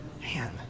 Man